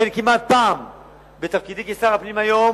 אין כמעט פעם בתפקידי כשר הפנים היום